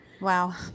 Wow